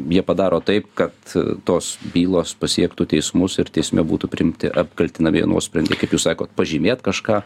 jie padaro taip kad tos bylos pasiektų teismus ir teisme būtų priimti apkaltinamieji nuosprendžiai kaip jūs sakot pažymėt kažką